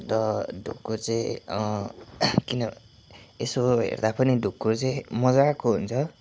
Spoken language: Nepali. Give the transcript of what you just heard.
र ढुकुर चाहिँ किन यसो हेर्दा पनि ढुकुर चाहिँ मज्जाको हुन्छ